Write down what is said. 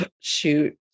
shoot